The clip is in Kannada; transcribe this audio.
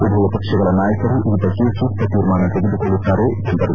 ಉಭಯ ಪಕ್ಷಗಳ ನಾಯಕರು ಈ ಬಗ್ಗೆ ಸೂಕ್ತ ತೀರ್ಮಾನ ತೆಗೆದುಕೊಳ್ಳುತ್ತಾರೆ ಎಂದರು